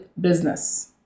business